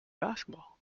basketball